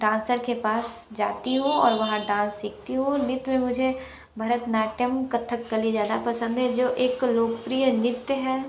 dancer के पास जाती हूँ और वहाँ डांस सीखती हूँ नृत्य में मुझे भरतनाट्यम कथ्थक्कली ज़्यादा पसंद है जो एक लोकप्रीय नृत्य है